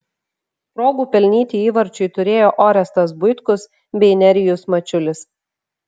progų pelnyti įvarčiui turėjo orestas buitkus bei nerijus mačiulis